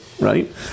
right